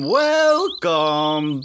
welcome